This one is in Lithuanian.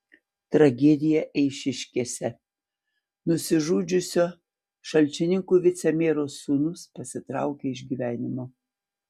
tragedija eišiškėse nusižudžiusio šalčininkų vicemero sūnus pasitraukė iš gyvenimo